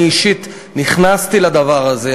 אני אישית נכנסתי לדבר הזה,